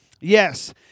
Yes